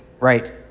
Right